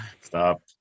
stop